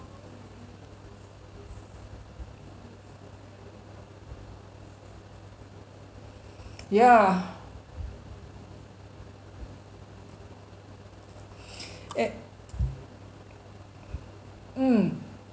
yeah eh mm